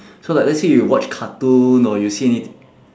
so like let's say you watch cartoon or you see anyth~